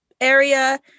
area